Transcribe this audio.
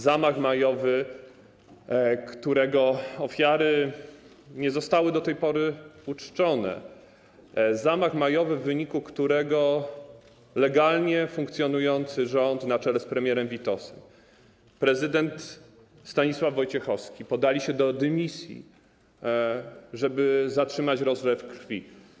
Zamach majowy, którego ofiary nie zostały do tej pory uczczone, zamach majowy, w wyniku którego legalnie funkcjonujący rząd, na czele z premierem Witosem, i prezydent Stanisław Wojciechowski podali się do dymisji, żeby zatrzymać rozlew krwi.